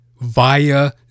via